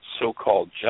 so-called